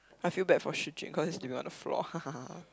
I feel bad for Shi-Jing cause he's sleeping on the floor